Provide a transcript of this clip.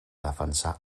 defensar